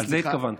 לזה התכוונתי.